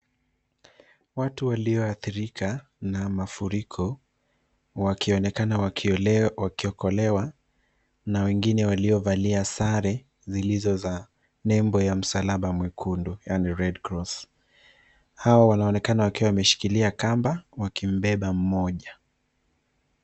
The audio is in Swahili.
Watu walioathirika na mafuriko wakionekana wakiokolewa, na wengine waliovalia sare zilizo za nebo ya msalaba mwekundu, yani Redcross . Hawa wanaonekana wakiwa wameshikilia kamba, wakimbeba mmoja.